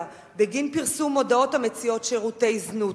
בגין פרסום מודעות המציעות שירותי זנות,